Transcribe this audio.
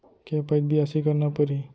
के पइत बियासी करना परहि?